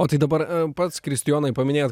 o tai dabar pats kristijonai paminėjot